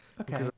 Okay